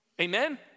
Amen